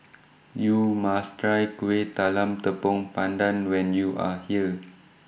YOU must Try Kuih Talam Tepong Pandan when YOU Are here